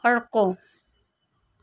अर्को